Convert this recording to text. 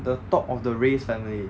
the top of the race family